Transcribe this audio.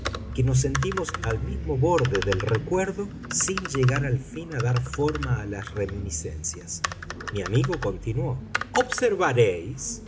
que nos sentimos al mismo borde del recuerdo sin llegar al fin a dar forma a las reminiscencias mi amigo continuó